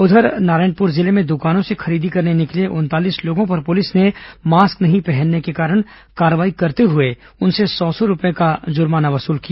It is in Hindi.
उधर नारायणपुर जिले में दुकानों से खरीदी करने निकले उनतालीस लोगों पर पुलिस ने मास्क नहीं पहनने के कारण कार्रवाई करते हुए उनसे सौ सौ रूपये का जुर्माना वसूल किया